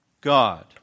God